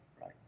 right